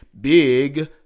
big